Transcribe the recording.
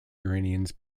iranians